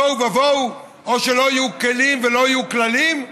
תוהו ובוהו, או שלא יהיו כלים ולא יהיו כללים?